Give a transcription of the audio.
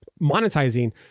monetizing